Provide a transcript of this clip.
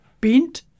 bent